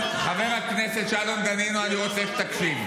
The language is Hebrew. חבר הכנסת שלום דנינו, אני רוצה שתקשיב.